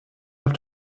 have